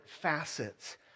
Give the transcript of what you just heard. facets